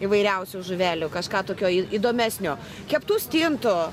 įvairiausių žuvelių kažką tokio įdomesnio keptų stintų